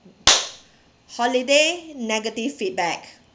holiday negative feedback